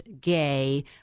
Gay